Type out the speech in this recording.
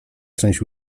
część